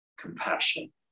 compassion